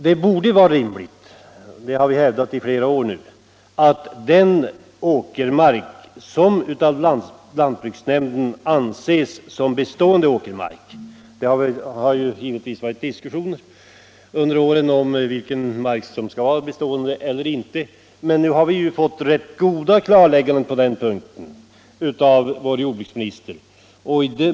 Det har naturligtvis förts diskussioner om vilken mark som kan anses vara bestående, men vi har i flera år hävdat att det borde vara rimligt att den jord som lantbruksnämnderna anser vara bestående åkermark skall vara utslagsgivande. Nu har vi ju också fått ett gott klarläggande på den puntken av jordbruksministern.